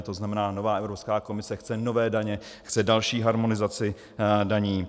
To znamená, nová Evropská komise chce nové daně, chce další harmonizaci daní.